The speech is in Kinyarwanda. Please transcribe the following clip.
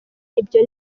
ibyo